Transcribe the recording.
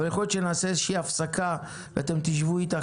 אבל יכול להיות שנעשה איזה שהיא הפסקה ואתם תשבו איתה